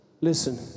Listen